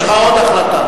יש לך עוד החלטה.